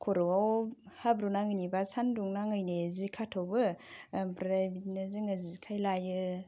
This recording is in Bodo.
खर'आव हाब्रु नाङैनि बा सानदुं नाङैनि जि खाथबो ओमफ्राय बिदिनो जेखाय